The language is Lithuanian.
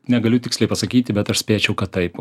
negaliu tiksliai pasakyti bet aš spėčiau kad taip